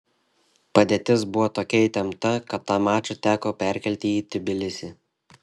padėtis buvo tokia įtempta kad tą mačą teko perkelti į tbilisį